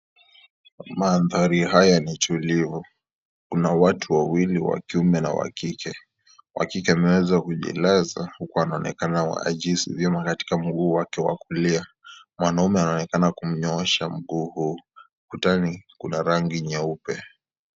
Mandhari haya ni chuliwo kuna watu wa kike na wakiume wakike ameweza kujilaza huku akionekana ahisi vyema katika mguu wake wa kulia mwanaume anaonekana kumnyoosha mguu huu ukutani kuna rangi nyeupe.